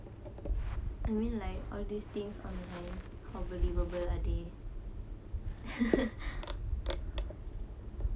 you mean like all these things online are unbelievable are they